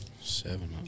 Seven